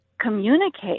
communicate